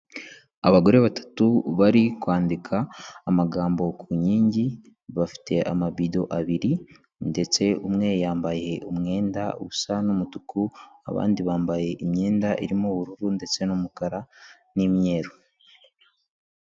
Abagore batatu bari kwandika amagambo ku nkingi, bafite amabido abiri ndetse umwe yambaye umwenda usa n'umutuku, abandi bambaye imyenda irimo ubururu ndetse n'umukara n'imyeru.